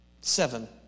Seven